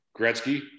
Gretzky